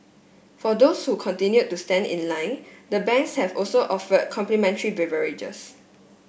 for those who continue to stand in line the banks have also offer complimentary beverages